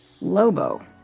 Lobo